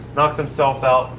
knocked himself out.